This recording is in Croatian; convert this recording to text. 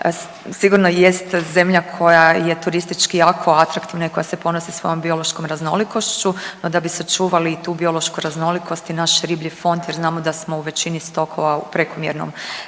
sigurno jest zemlja koja je turistički jako atraktivna i koja se ponosi sa svojom biološkom raznolikošću, no da bi sačuvali i tu biološku raznolikost i naš riblji fond jer znamo da smo u većini stokova u prekomjernom